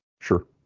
Sure